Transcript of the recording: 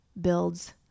builds